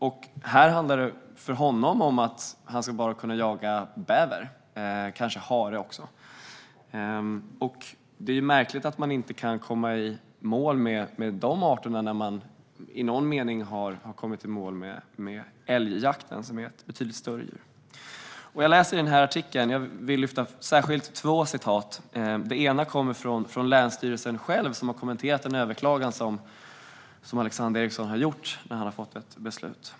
För honom handlar det om att han bara ska kunna jaga bäver och kanske hare. Det är ju märkligt att man inte kan komma i mål med de arterna när man i någon mening har kommit i mål med älgjakten. Älgen är ett betydligt större djur. Jag vill lyfta fram särskilt två citat i artikeln. Det ena kommer från länsstyrelsen själv, som har kommenterat en överklagan från Alexander Eriksson efter att han har fått ett beslut.